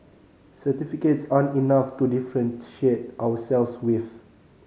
certificates aren't enough to differentiate ourselves with